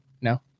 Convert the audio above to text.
No